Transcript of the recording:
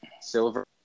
Silver